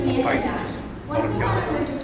ah favoritism not accountable,